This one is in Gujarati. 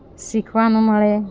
શીખવાનું મળે